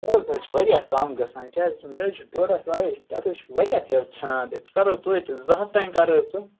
ڈۄڈ ہتھ حظ چھِ وارِیاہ کَم گَژھان کیاہ حظ چھُ مےٚ حظ چھُ ڈۄڈ ہتھ وارِیاہ اَتھ حظ چھُ وارِیاہ ژھیٚنان تیٚلہِ ژٕ کَر حظ توتہِ زٕ ہتھ تانی کَر حظ ژٕ